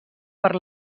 per